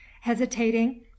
hesitating